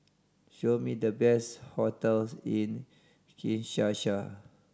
show me the best hotels in Kinshasa